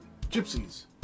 Gypsies